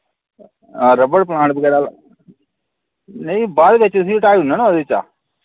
हां rubber plant वगैरा नेईं बाद विच उस्सी हटाई ओड़ना ना उदे चा